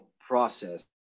process